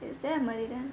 is there a meridian